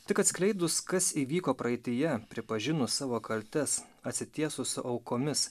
tik atskleidus kas įvyko praeityje pripažinus savo kaltes atsitiesus aukomis